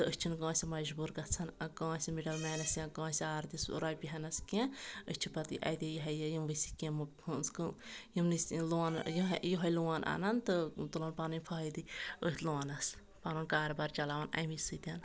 تہٕ أسۍ چھِ نہٕ کٲنٛسہِ مجبوٗر گژھان کٲنٛسہِ مِڈل مینَس یا کٲنٛسہِ آردِس رۄپیہِ ہیٚنَس کینٛہہ أسۍ چھِ پَتہٕ اتے یِہے یِم یِموی سِکیٖمو یِمنٕے لون یِہے لون اَنان تہٕ تُلان پنٕنۍ فٲیدٕ أتھۍ لونس پنُن کاربار چلاوان امی سۭتۍ